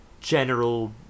general